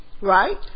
Right